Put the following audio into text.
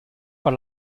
par